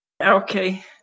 Okay